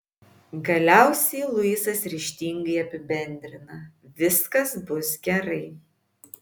galiausiai luisas ryžtingai apibendrina viskas bus gerai